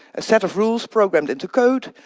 a set of rules programmed into code.